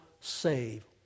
save